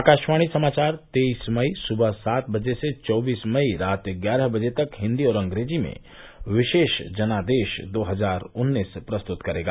आकाशवाणी समाचार तेईस मई सुबह सात बजे से चौबीस मई रात ग्यारह बजे तक हिंदी और अंग्रेजी में विशेष जनादेश दो हजार उन्नीस प्रस्तुत करेगा